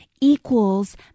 equals